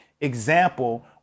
example